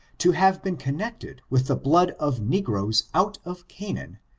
to have been connected with the blood of negroes out of canaan,